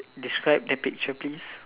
describe the picture please